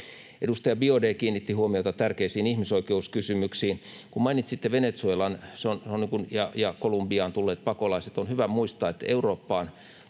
Edustaja Biaudet kiinnitti huomiota tärkeisiin ihmisoikeuskysymyksiin. Kun mainitsitte Venezuelan ja Kolumbiaan tulleet pakolaiset, on hyvä muistaa, että Eurooppaan